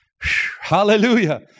Hallelujah